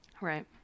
Right